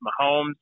Mahomes